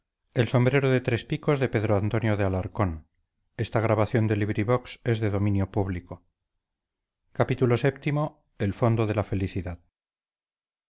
su sombrero de tres picos y por lo vistoso de su